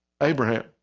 Abraham